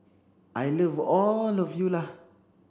I love all of you lah